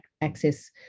access